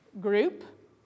group